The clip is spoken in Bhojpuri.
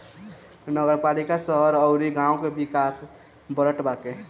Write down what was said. नगरपालिका शहर अउरी गांव के विकास करत बाटे